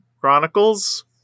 Chronicles